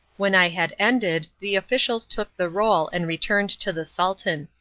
when i had ended the officials took the roll and returned to the sultan.